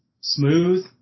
smooth